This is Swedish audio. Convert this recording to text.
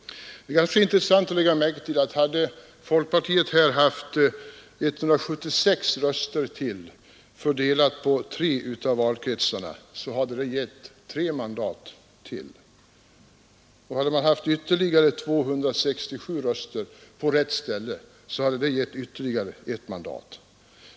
Det är kanske intressant att lägga märke till att hade folkpartiet här haft 176 röster till, fördelade på tre av valkretsarna, så hade det gett tre mandat till. Och hade man haft ytterligare 267 röster på rätt ställe, så hade det gett ytterligare ett mandat.